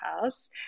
house